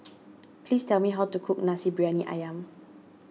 please tell me how to cook Nasi Briyani Ayam